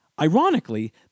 Ironically